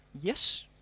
Yes